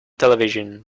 television